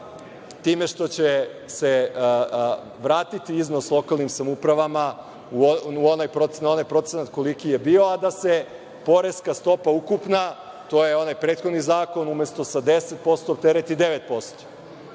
time što će se vratiti iznos lokalnim samoupravama na onaj procenat koliki je bio, a da se poreska stopa ukupna, to je onaj prethodni zakon, umesto sa 10% optereti